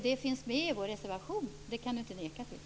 Det finns med i vår reservation. Det kan inte Sten Tolgfors neka till.